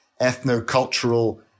ethno-cultural